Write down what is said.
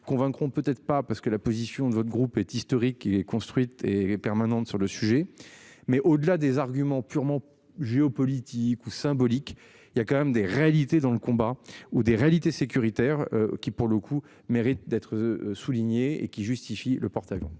convaincre. On peut être pas parce que la position de votre groupe est historique qui est construite et permanente sur le sujet. Mais au-delà des arguments purement géopolitique ou symbolique. Il y a quand même des réalités dans le combat ou des réalités sécuritaire qui pour le coup mérite d'être souligné et qui justifie le porte-avions